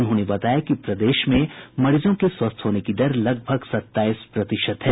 उन्होंने बताया कि प्रदेश में मरीजों के स्वस्थ होने की दर लगभग सताईस प्रतिशत है